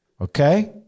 Okay